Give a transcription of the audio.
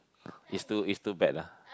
it's too it's too bad lah